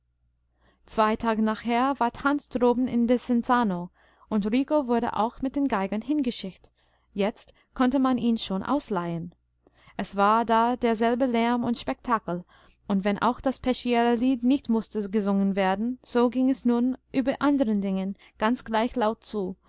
zwei tage nachher war tanz droben in desenzano und rico wurde auch mit den geigern hingeschickt jetzt konnte man ihn schon ausleihen es war da derselbe lärm und spektakel und wenn auch das peschiera lied nicht mußte gesungen werden so ging es nun über anderen dingen ganz gleich laut zu